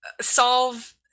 solve